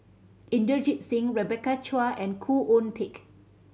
Inderjit Singh Rebecca Chua and Khoo Oon Teik